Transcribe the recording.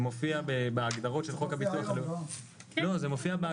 זה מופיע בהגדרות של חוק הביטוח הלאומי --- לא,